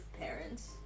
parents